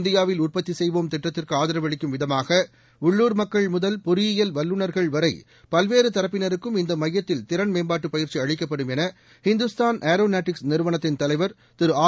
இந்தியாவில் உற்பத்தி செய்வோம் திட்டத்திற்கு ஆதரவளிக்கும் விதமாக உள்ளூர் மக்கள் முதல் பொறியியல் வல்லுநர்கள் வரை பல்வேறு தரப்பினருக்கும் இந்த மையத்தில் திறன் மேம்பாட்டுப் பயிற்சி அளிக்கப்படும் என இந்துஸ்தான் ஏரோநாட்டிக்ஸ் நிறுவளத்தின் தலைவர் திரு ஆர்